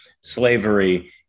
slavery